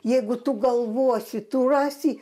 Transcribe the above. jeigu tu galvosi tu rasi